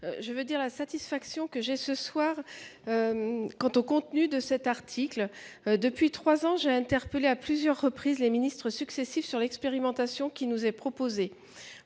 Je veux dire ma satisfaction quant au contenu de cet article. Depuis trois ans, j’ai interpellé à plusieurs reprises les ministres successifs sur l’expérimentation qui nous est proposée.